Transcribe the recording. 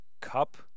cup